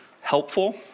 helpful